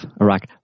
Iraq